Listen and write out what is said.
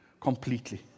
Completely